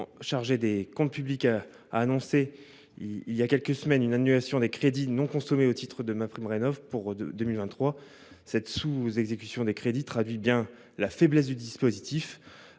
chargé des comptes publics a annoncé, il y a quelques semaines, une annulation des crédits non consommés au titre de MaPrimeRénov’ en 2023. Cette sous exécution des crédits traduit les faiblesses du dispositif.